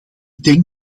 denk